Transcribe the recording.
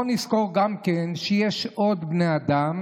בואו נזכור גם כן שיש עוד בני אדם,